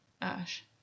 Ash